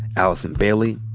allison bailey,